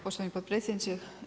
Poštovani potpredsjedniče.